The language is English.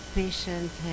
patient